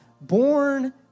born